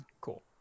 Cool